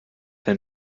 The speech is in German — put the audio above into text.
ein